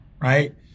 right